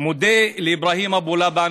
מודה לאיברהים אבו לבן,